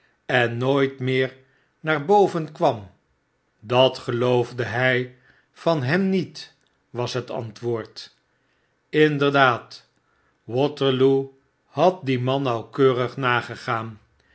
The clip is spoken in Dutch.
en nooit meer naar boven kwam da geloofde hy van hem niet was het antwoord inderdaad waterloo had dien man nauwkeurig nagegaan